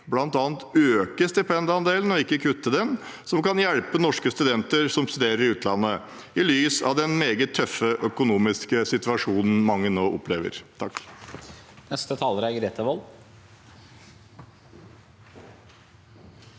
bl.a. øke stipendandelen, ikke kutte den – som kan hjelpe norske studenter som studerer i utlandet, i lys av den meget tøffe økonomiske situasjonen mange nå opplever.